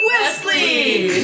Wesley